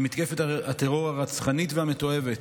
למתקפת הטרור הרצחנית והמתועבת